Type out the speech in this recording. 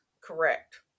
correct